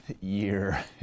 year